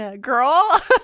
girl